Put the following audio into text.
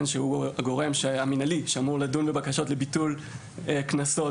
שהוא הגורם המנהלי שאמור לדון בבקשות לביטול קנסות,